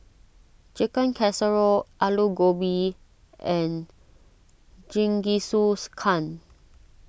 Chicken Casserole Alu Gobi and